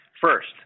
First